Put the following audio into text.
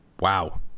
Wow